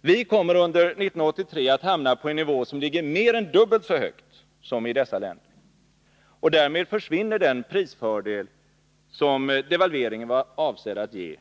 Vi kommer under 1983 att hamna på en nivå som ligger mer än dubbelt så högt som i dessa länder. Därmed försvinner mycket snabbt den prisfördel som devalveringen var avsedd att ge.